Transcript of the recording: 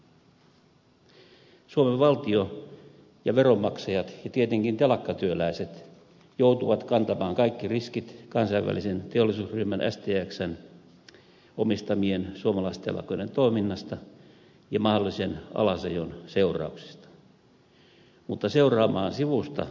suomen valtio ja veronmaksajat ja tietenkin telakkatyöläiset joutuvat kantamaan kaikki riskit kansainvälisen teollisuusryhmän stxn omistamien suomalaistelakoiden toiminnasta ja mahdollisen alasajon seurauksista mutta joutuvat seuraamaan sivusta itse päätöksentekoa